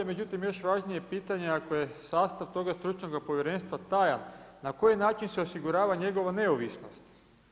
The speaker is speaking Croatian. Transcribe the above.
Međutim, još važnije pitanje, ako je sastav toga stručnoga povjerenstva tajan, na koji način se osigurava njegova neovisnost?